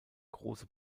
große